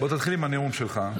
בוא תתחיל עם הנאום שלך,